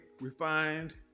refined